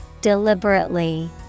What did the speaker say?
deliberately